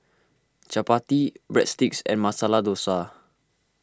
Chapati Breadsticks and Masala Dosa